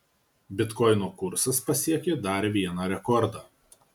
bitkoino kursas pasiekė dar vieną rekordą